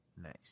Nice